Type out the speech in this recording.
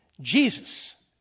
Jesus